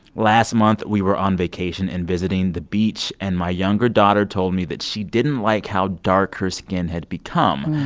last month, we were on vacation and visiting the beach and my younger daughter told me that she didn't like how dark her skin had become.